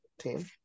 team